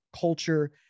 culture